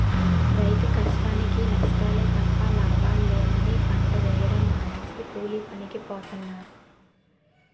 రైతు కష్టానికీ నష్టాలే తప్ప లాభాలు లేవని పంట వేయడం మానేసి కూలీపనికి పోతన్నారు